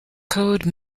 code